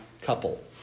couple